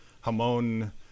Hamon